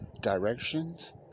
directions